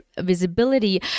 visibility